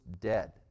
dead